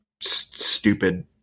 stupid